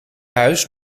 huis